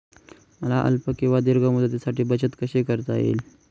मला अल्प किंवा दीर्घ मुदतीसाठी बचत कशी करता येईल?